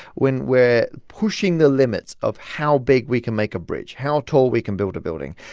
when we're pushing the limits of how big we can make a bridge, how tall we can build a building,